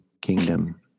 kingdom